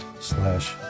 slash